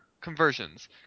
conversions